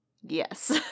Yes